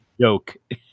joke